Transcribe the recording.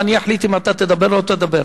ואני אחליט אם אתה תדבר או לא תדבר.